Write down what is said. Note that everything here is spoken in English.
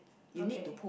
okay